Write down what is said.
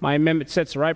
my